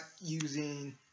using